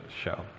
show